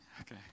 Okay